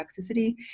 toxicity